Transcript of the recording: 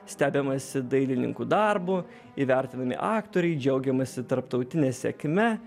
stebimasi dailininkų darbu įvertinami aktoriai džiaugiamasi tarptautinė se kme